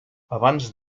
abans